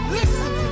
listen